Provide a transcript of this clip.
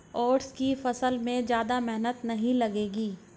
oats की फसल में ज्यादा मेहनत नहीं लगेगी